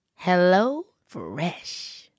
HelloFresh